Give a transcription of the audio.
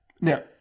Now